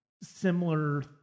similar